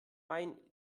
main